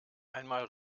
einmal